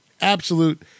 Absolute